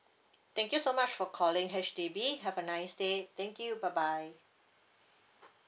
thank you so much for calling H_D_B have a nice day thank you bye bye